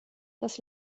das